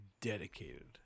dedicated